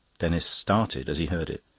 denis started as he heard it.